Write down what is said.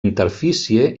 interfície